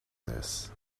this